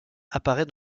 apparaît